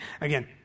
Again